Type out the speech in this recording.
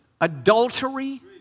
adultery